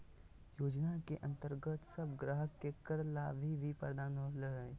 योजना के अंतर्गत अब ग्राहक के कर लाभ भी प्रदान होतय